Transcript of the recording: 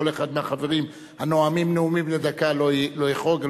אחד מהחברים הנואמים נאומים בני דקה לא יחרוג.